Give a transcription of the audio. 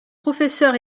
professeur